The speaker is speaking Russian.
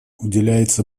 уделяется